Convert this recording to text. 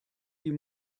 die